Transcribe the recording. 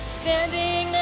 standing